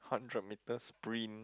hundred meters sprint